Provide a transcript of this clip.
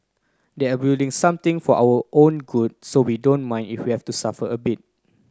they're building something for our own good so we don't mind if we are to suffer a bit